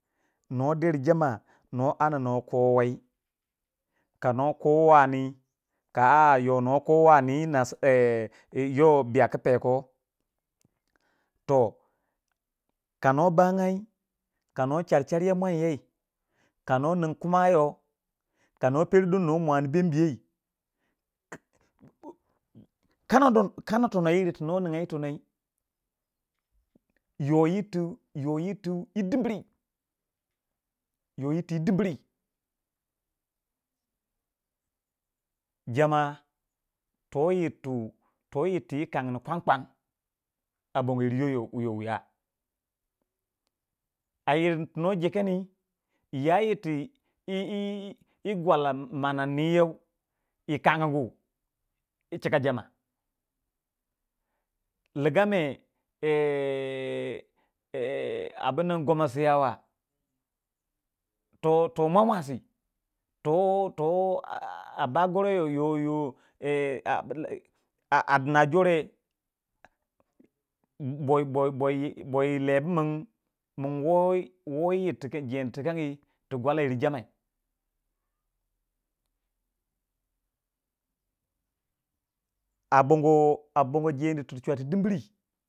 nuwa der jama nuwa anda nuwa kowe kanuwa kowe anii ka aa yonuwa kowa ani ẹ nii yoh biyau ku peko. toh ka nuwa bangya ka nor shar shariye mwan yai ka nonin kuma yo ka pero don kana mwani bembiye kana don kana tono yirri tu no nyingya yi tonoi yoh yirr tu yoh yirtu yi dimri yoh yirtu yi dimri jama toyir tu toyir tu yi khannni kwankwan a bongo, yirr yoh yoh wiya adin nuwa jeke ni ya yirti e gwala swalan manang nii yọu yi kangu yi cika jama ligame eeeeee abunnan goma siyawa toh toh mwa mwasi toh toh a- a- a- a a bah goroyo yo- e yo- e yo- e a a dina jore bo- bo- bo- bo bo lebumin min woyi woyi ir ti kin jeni tikangi tu gwala yir jamai a bongo a bongo jeni tu chwati dimre.